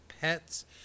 pets